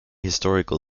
historical